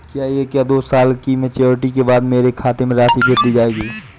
क्या एक या दो साल की मैच्योरिटी के बाद मेरे खाते में राशि भेज दी जाएगी?